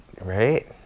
Right